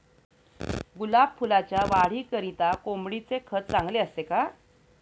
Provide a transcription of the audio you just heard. गुलाब फुलाच्या वाढीकरिता कोंबडीचे खत चांगले असते का?